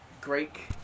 Greek